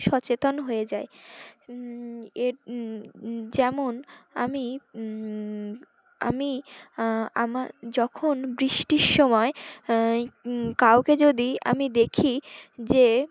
সচেতন হয়ে যাই এর যেমন আমি আমি আমার যখন বৃষ্টির সময় কাউকে যদি আমি দেখি যে